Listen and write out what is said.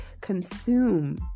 consume